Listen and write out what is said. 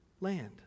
land